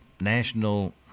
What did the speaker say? national